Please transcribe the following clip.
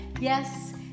yes